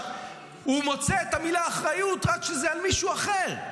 הוא מוצא את המילה אחריות רק כשזה על מישהו אחר,